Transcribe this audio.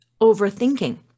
overthinking